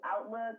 outlook